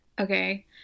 Okay